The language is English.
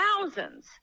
thousands